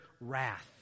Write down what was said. wrath